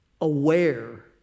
Aware